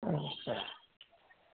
اچھا